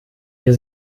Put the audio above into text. wir